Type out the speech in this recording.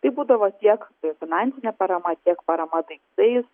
tai būdavo tiek finansinė parama tiek parama daiktais